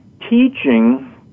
teaching